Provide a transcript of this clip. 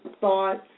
thoughts